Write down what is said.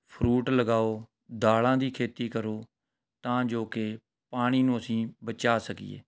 fruit ਲਗਾਓ ਦਾਲਾਂ ਦੀ ਖੇਤੀ ਕਰੋ ਤਾਂ ਜੋ ਕਿ ਪਾਣੀ ਨੂੰ ਅਸੀਂ ਬਚਾ ਸਕੀਏ